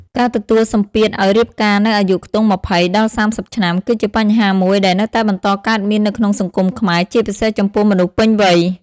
ការទទួលសម្ពាធឲ្យរៀបការនៅអាយុខ្ទង់ ២០ ដល់ ៣០ ឆ្នាំ គឺជាបញ្ហាមួយដែលនៅតែបន្តកើតមាននៅក្នុងសង្គមខ្មែរ ជាពិសេសចំពោះមនុស្សពេញវ័យ។